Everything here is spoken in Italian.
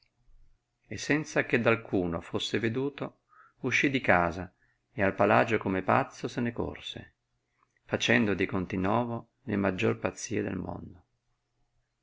e senza che d alcuno fusse veduto uscì di casa ed al palagio come pazzo se ne corse facendo di continovo le maggior pazzie del mondo